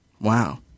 Wow